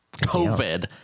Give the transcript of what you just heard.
COVID